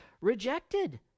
rejected